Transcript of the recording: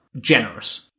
generous